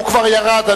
הוא כבר ירד.